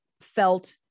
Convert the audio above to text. felt